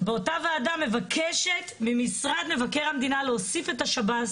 באותה וועדה מבקשת ממשרד מבקר המדינה להוסיף את השב”ס,